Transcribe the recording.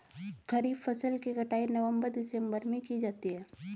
खरीफ फसल की कटाई नवंबर दिसंबर में की जाती है